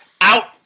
Out